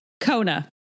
Kona